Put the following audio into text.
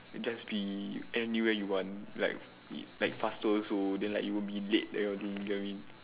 just be anywhere you want like like faster also then like you won't be late that kind of thing you get what i mean